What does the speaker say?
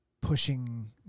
pushing